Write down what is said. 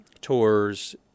tours